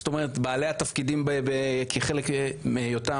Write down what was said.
זאת אומרת בעלי התפקידים כחלק מהיותם